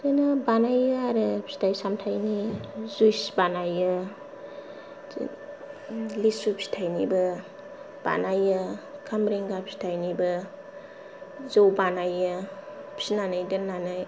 बिदिनो बानायो आरो फिथाइ सामथाइनि जुइस बानायो लिसु फिथाइनिबो बानायो खामब्रेंगा फिथाइनिबो जौ बानायो फिनानै दोननानै